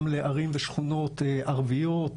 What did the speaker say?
גם לערים ושכונות ערביות ומעורבות,